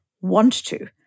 want-to